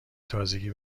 تازگی